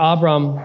Abram